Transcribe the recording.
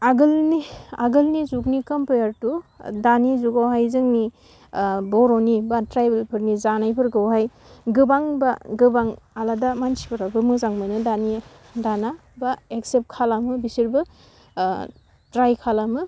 आगोलनि आगोलनि जुगनि कमपियारखौ दानि जुगावहाय जोंनि बर'नि बा ट्राइबेलफोरनि जानायफोरखौहाय गोबां बा गोबां आलादा मानसिफोराबो मोजां मोनो दानि दाना बा एकसेब खालामो बिसोरबो ट्राइ खालामो